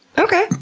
okay.